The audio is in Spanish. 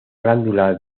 glándula